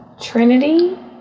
Trinity